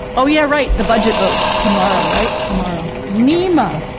oh yeah, right, the budget vote tomorrow, right. tomorrow, nyma,